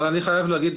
אבל אני חייב להגיד,